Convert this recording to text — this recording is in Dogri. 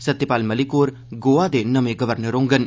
सत्यपाल मलिक होर गोवा दे नमें गवर्नर होडन